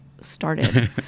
started